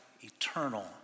eternal